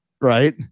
Right